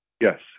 yes